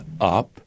up